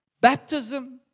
baptism